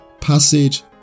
passage